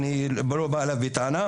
אני לא בא אליו בטענה.